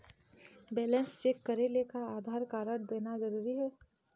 Balance check करेले का Aadhaar card देना जरूरी हे?